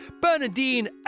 Bernadine